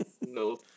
No